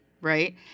right